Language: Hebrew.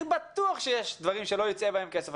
אני בטוח שיש דברים שלא יצא בהם כסף השנה,